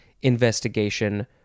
investigation